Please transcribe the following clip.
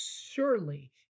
surely